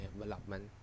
development